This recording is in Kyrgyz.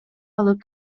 алып